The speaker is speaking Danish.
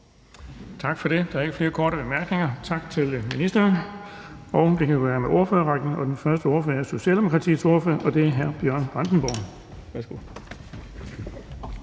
Tak for det. Der er ikke flere korte bemærkninger. Tak til ministeren. Så kan vi gå i gang med ordførerrækken, og den første ordfører er Socialdemokratiets ordfører, og det er hr. Bjørn Brandenborg. Værsgo.